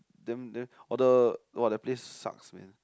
then then or the !wah! that place sucks man